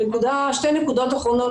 שתי נקודות אחרונות,